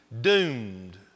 doomed